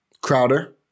Crowder